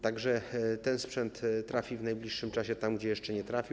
Tak że ten sprzęt trafi w najbliższym czasie tam, gdzie jeszcze nie trafił.